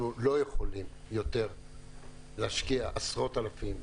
אנחנו לא יכולים יותר להשקיע עשרות-אלפים,